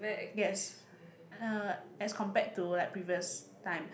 yes uh as compared to like previous time